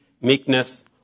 meekness